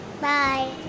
bye